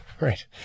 right